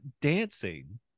dancing